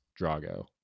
Drago